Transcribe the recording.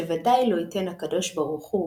שודאי לא יתן הקב"ה